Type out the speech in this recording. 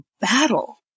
battle